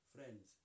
Friends